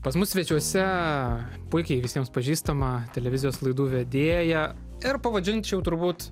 pas mus svečiuose puikiai visiems pažįstama televizijos laidų vedėja ir pavadinčiau turbūt